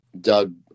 Doug